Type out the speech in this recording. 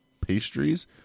pastries